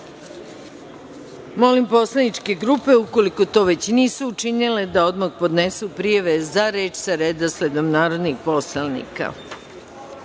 redu. Molim poslaničke grupe, ukoliko to već nisu učinile, da odmah podnesu prijave za reč sa redosledom narodnih poslanika. Shodno